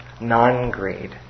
Non-greed